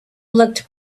looked